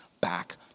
back